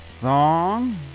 Thong